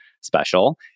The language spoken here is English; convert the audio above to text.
special